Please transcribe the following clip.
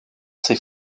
ses